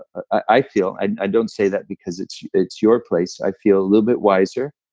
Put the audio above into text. i feel, and i don't say that because it's it's your place, i feel a little bit wiser,